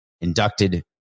inducted